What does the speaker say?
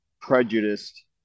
prejudiced